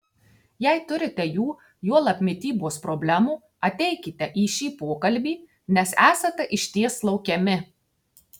jei turite jų juolab mitybos problemų ateikite į šį pokalbį nes esate išties laukiami